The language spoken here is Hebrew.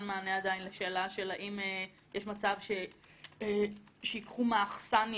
מענה עדיין לשאלה אם יש מצב שייקחו מהאכסניה,